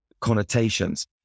connotations